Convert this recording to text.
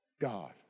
God